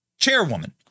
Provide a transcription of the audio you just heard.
chairwoman